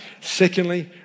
Secondly